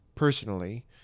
personally